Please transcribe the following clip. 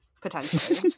potentially